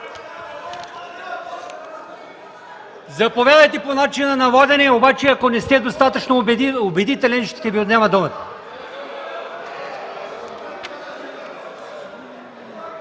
за процедура по начина на водене. Обаче ако не сте достатъчно убедителен, ще Ви отнема думата.